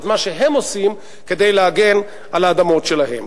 מה שהם עושים כדי להגן על האדמות שלהם.